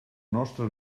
nostra